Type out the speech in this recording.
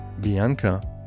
Bianca